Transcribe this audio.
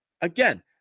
Again